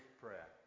prayer